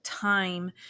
time